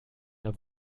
der